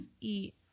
eat